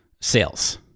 sales